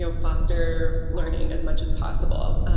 so foster learning as much as possible.